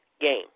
game